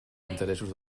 interessos